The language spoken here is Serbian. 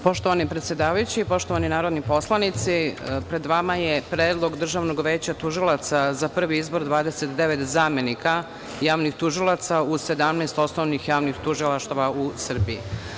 Poštovani predsedavajući, poštovani narodni poslanici, pred vama je Predlog Državnog veća tužilaca za prvi izbor 29 zamenika javnih tužilaca u 17 osnovnih javnih tužilaštava u Srbiji.